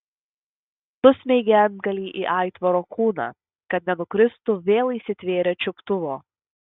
susmeigė antgalį į aitvaro kūną kad nenukristų vėl įsitvėrė čiuptuvo